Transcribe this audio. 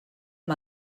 amb